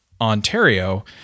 ontario